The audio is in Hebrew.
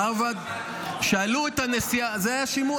בארצות הברית היה שימוע